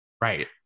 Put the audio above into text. Right